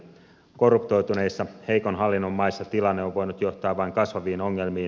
korruptoituneissa heikon hallinnon maissa tilanne on voinut johtaa vain kasvaviin ongelmiin